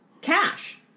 cash